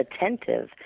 attentive